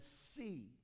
see